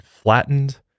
flattened